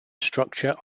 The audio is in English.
structure